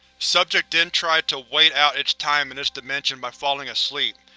subject then tried to wait out its time in this dimension by falling asleep,